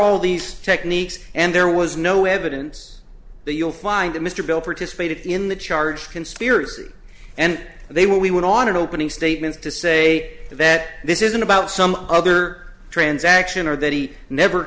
all these techniques and there was no evidence that you'll find that mr bill participated in the charge conspiracy and they were we went on in opening statements to say that this isn't about some other transaction or that he never